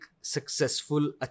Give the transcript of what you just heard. successful